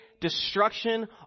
destruction